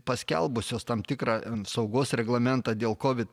paskelbusios tam tikrą saugos reglamentą dėl kovid